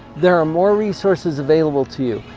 there are more resources available to you.